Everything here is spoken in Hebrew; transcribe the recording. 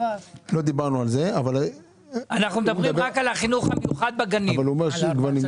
אנחנו מדברים רק על החינוך המיוחד בגני הילדים.